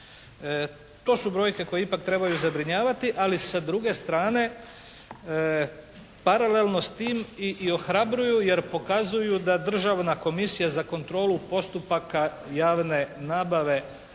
To su brojke koje ipak trebaju zabrinjavati. Ali sa druge strane paralelno s tim i ohrabruju jer pokazuju da Državna komisija za kontrolu postupaka javne nabave